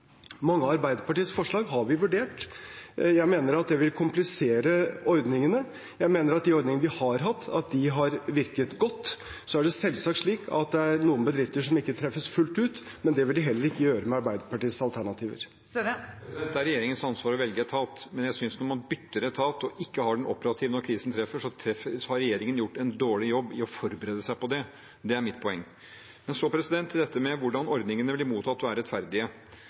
Mange av Arbeiderpartiets forslag har vi vurdert. Jeg mener at det vil komplisere ordningene. Jeg mener at de ordningene vi har hatt, har virket godt. Så er det selvsagt slik at det er noen bedrifter som ikke treffes fullt ut, men det vil de heller ikke gjøre med Arbeiderpartiets alternativer. Det åpnes for oppfølgingsspørsmål – først Jonas Gahr Støre. Det er regjeringens ansvar å velge etat, men jeg synes at når man bytter etat, og den ikke er operativ når krisen treffer, har regjeringen gjort en dårlig jobb i å forberede seg på det. Det er mitt poeng. Men så til dette med hvordan ordningene blir mottatt og er rettferdige.